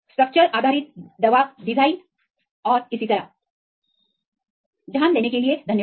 और संरचना आधारित दवा डिजाइन और इसी तरह ध्यान देने के लिए धन्यवाद